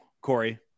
Corey